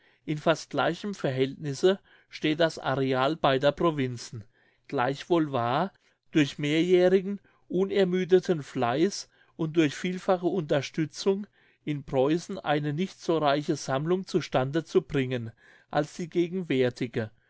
in fast gleichem verhältnisse steht das areal beider provinzen gleichwohl war durch mehrjährigen unermüdeten fleiß und durch vielfache unterstützung in preußen eine nicht so reiche sammlung zu stande zu bringen als die gegenwärtige